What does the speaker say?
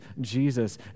Jesus